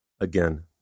Again